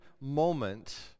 moment